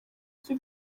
uzi